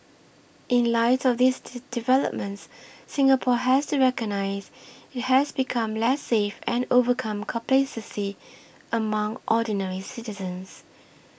in light of these developments Singapore has to recognise it has become less safe and overcome complacency among ordinary citizens